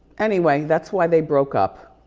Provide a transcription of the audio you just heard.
anyway, that's why they broke up.